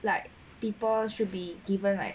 like people should be given like